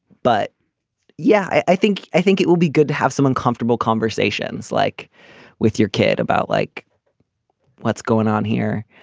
but yeah i think i think it will be good to have some uncomfortable conversations like with your kid about like what's going on here.